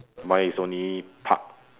mine is only park